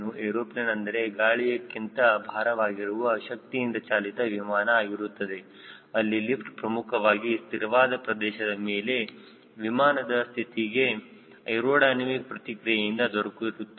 aeroplane ಅಂದರೆ ಗಾಳಿಯಕ್ಕಿಂತ ಭಾರವಾಗಿರುವ ಶಕ್ತಿಯಿಂದ ಚಾಲಿತ ವಿಮಾನ ಆಗಿರುತ್ತದೆ ಅಲ್ಲಿ ಲಿಫ್ಟ್ ಪ್ರಮುಖವಾಗಿ ಸ್ಥಿರವಾದ ಪ್ರದೇಶದ ಮೇಲೆ ವಿಮಾನದ ಸ್ಥಿತಿಗೆ ಏರೋಡೈನಮಿಕ್ ಪ್ರತಿಕ್ರಿಯೆಯಿಂದ ದೊರಕುತ್ತದೆ